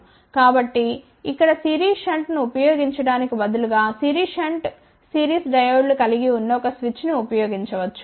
కాబట్టి ఇక్కడ సిరీస్ షంట్ను ఉపయోగించటానికి బదులుగా సిరీస్ షంట్ సిరీస్ డయోడ్లను కలిగి ఉన్న ఒక స్విచ్ ను ఉపయోగించవచ్చు